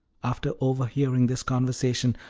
after overhearing this conversation,